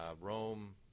rome